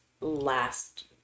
last